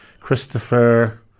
Christopher